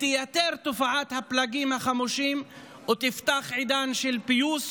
ותייתר את תופעת הפלגים החמושים ותפתח עידן של פיוס,